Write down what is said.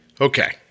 Okay